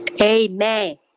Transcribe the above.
Amen